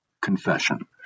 confession